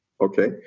okay